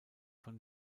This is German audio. von